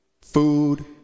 food